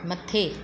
मथे